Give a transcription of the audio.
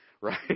Right